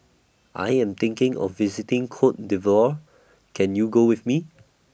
I Am thinking of visiting Cote D'Ivoire Can YOU Go with Me